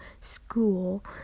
school